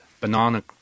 banana